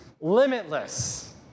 limitless